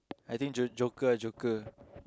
I think think joke~ Joker ah Joker